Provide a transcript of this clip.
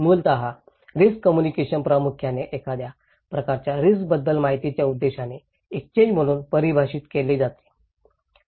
मूलत risk communication प्रामुख्याने एखाद्या प्रकारच्या रिस्कबद्दल माहितीच्या उद्देशाने एक्सचेंज म्हणून परिभाषित केले जाते